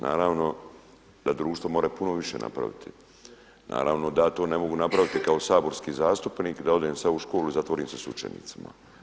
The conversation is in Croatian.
Naravno da društvo može puno više napraviti, naravno da to ne mogu napraviti kao saborski zastupnik da odem sada u školu i zatvorenim se s učenicima.